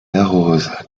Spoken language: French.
arrose